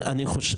אני חושב